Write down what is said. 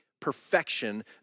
perfection